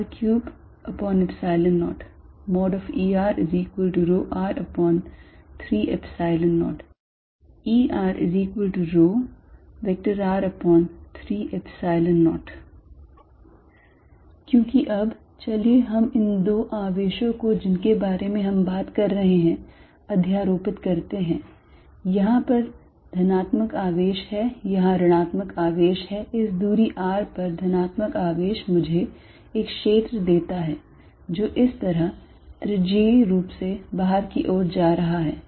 EdsQ0 Er4πr24π3r30 Erρr30 Err30 क्योंकि अब चलिए हम इन दो आवेशों को जिनके बारे में हम बात कर रहे थे अध्यारोपित करते हैं यहाँ पर धनात्मक आवेश है यहाँ ऋणात्मक आवेश है इस दूरी r पर धनात्मक आवेश मुझे एक क्षेत्र देता है जो इस तरह त्रिज्यीय रूप से बाहर की ओर जा रहा है